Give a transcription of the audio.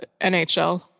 NHL